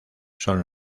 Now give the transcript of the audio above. son